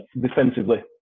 defensively